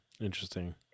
Interesting